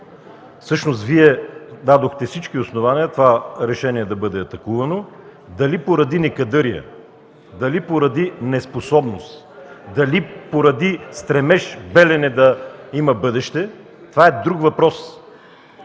Всъщност Вие дадохте всички основания това решение да бъде атакувано. Дали поради некадърие, дали поради неспособност, дали поради стремеж „Белене” да има бъдеще, това е друг въпрос,